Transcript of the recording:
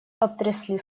обтрясли